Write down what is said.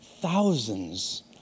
thousands